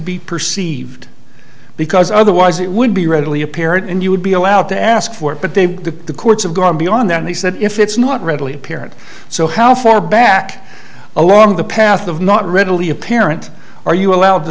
be perceived because otherwise it would be readily apparent and you would be allowed to ask for it but they the courts have gone beyond that and he said if it's not readily apparent so how far back along the path of not readily apparent are you allowed to